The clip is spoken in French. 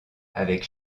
avec